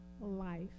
life